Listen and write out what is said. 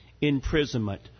imprisonment